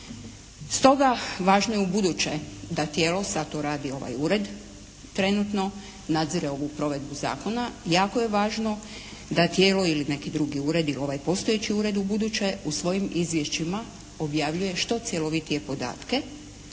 Stoga važno je ubuduće da tijelo sad tu radi ovaj ured trenutno nadzire ovu provedbu Zakona. Jako je važno da tijelo ili neki drugi uredi ili ovaj postojeći ured ubuduće u svojim izvješćima objavljuje što cjelovitije podatke